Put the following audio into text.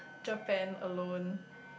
Japan alone